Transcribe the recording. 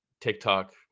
TikTok